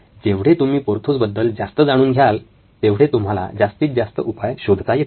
जेवढे तुम्ही पोर्थोस बद्दल जास्त जाणून घ्याल तेवढे तुम्हाला जास्तीत जास्त उपाय शोधता येतील